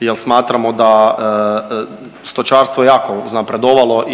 jer smatramo da stočarstvo je jako uznapredovalo